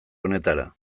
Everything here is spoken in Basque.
honetara